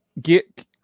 get